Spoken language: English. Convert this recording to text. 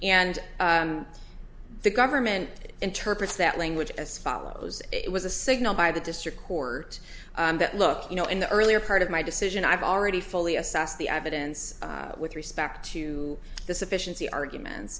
and the government interprets that language as follows it was a signal by the district court that look you know in the earlier part of my decision i've already fully assess the evidence with respect to the sufficiency arguments